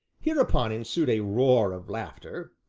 hereupon ensued a roar of laughter,